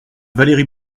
valérie